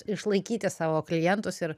išlaikyti savo klientus ir